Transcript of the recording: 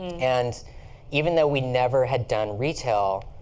and even though we never had done retail,